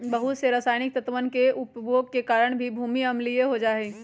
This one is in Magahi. बहुत से रसायनिक तत्वन के उपयोग के कारण भी भूमि अम्लीय हो जाहई